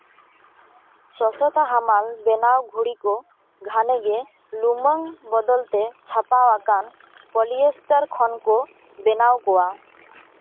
ᱥᱚᱥᱚᱛᱟ ᱦᱟᱢᱟᱞ ᱵᱮᱱᱟᱣ ᱜᱷᱩᱲᱤ ᱠᱚ ᱜᱷᱟᱱᱮ ᱜᱮ ᱞᱩᱢᱟᱹᱝ ᱵᱚᱫᱚᱞ ᱛᱮ ᱪᱷᱟᱯᱟᱣ ᱟᱠᱟᱱ ᱯᱳᱞᱤᱭᱚ ᱥᱴᱟᱨ ᱠᱷᱚᱱ ᱠᱚ ᱵᱮᱱᱟᱣ ᱠᱚᱣᱟ